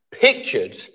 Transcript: pictured